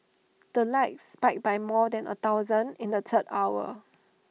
the likes spiked by more than A thousand in the third hour